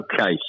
Okay